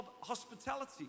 hospitality